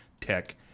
Tech